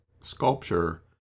sculpture